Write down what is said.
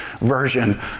version